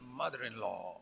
mother-in-law